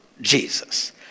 Jesus